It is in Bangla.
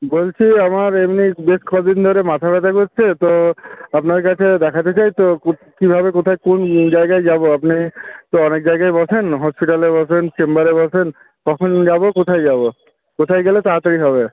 বলছি আমার এমনি বেশ কদিন ধরে মাথাব্যাথা করছে তো আপনার কাছে দেখাতে চাই তো কীভাবে কোথায় কোন জায়গায় যাব আপনি তো অনেক জায়গায়ই বসেন হসপিটালে বসেন চেম্বারে বসেন কখন যাব কোথায় যাব কোথায় গেলে তাড়াতাড়ি হবে